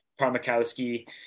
Parmakowski